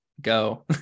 go